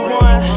one